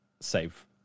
save